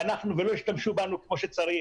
ולא השתמשו בנו כמו שצריך.